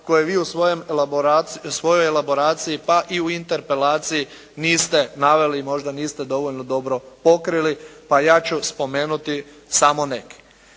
koje vi u svojoj elaboraciji pa i u interpelaciji niste naveli, možda niste dovoljno dobro pokrili. Pa ja ću spomenuti samo neke.